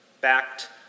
backed